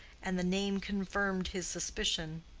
and the name confirmed his suspicion.